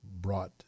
brought